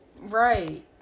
Right